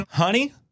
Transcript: honey